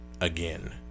Again